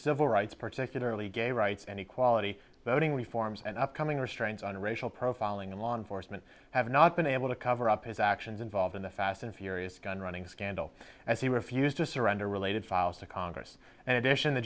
civil rights particularly gay rights and equality voting reforms and upcoming restraints on racial profiling and law enforcement have not been able to cover up his actions involved in the fast and furious gun running scandal as he refused to surrender related files to congress and addition the